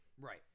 Right